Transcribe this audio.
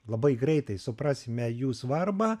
labai greitai suprasime jų svarbą